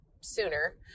sooner